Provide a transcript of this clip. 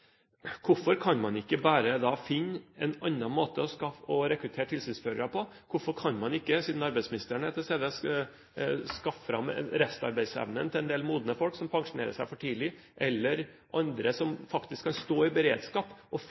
Hvorfor kan man ikke bare finne andre måter å rekruttere tilsynsførere på? Hvorfor kan man ikke – siden arbeidsministeren er til stede – framskaffe restarbeidsevnen til en del modne folk som pensjonerer seg for tidlig, eller andre som faktisk kan stå i beredskap og